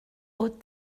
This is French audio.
aux